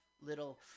little –